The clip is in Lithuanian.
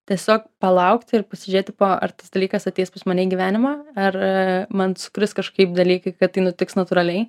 tiesiog palaukti ir pasižėti ar tas dalykas ateis pas mane į gyvenimą ar man sukris kažkaip dalykai kad tai nutiks natūraliai